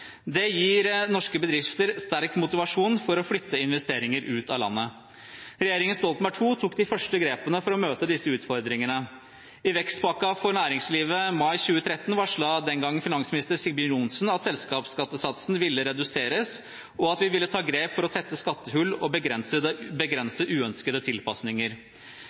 Det gir norske bedrifter sterk motivasjon for å flytte investeringer ut av landet. Regjeringen Stoltenberg II tok de første grepene for å møte disse utfordringene. I vekstpakken for næringslivet varslet daværende finansminister Sigbjørn Johnnsen i mai 2013 at selskapsskattesatsen ville reduseres, og at man ville ta grep for å tette skattehull og begrense uønskede tilpasninger.